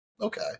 Okay